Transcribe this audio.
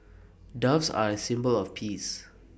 doves are A symbol of peace